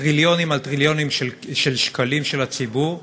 טריליונים על טריליונים של שקלים של הציבור,